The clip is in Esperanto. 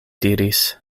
diris